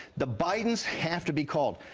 the bidens have to be called.